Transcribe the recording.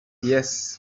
yes